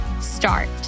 Start